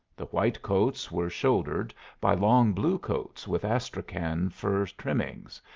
the white coats were shouldered by long blue coats with astrakhan fur trimmings,